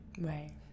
right